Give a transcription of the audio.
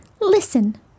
Listen